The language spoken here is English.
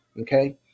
okay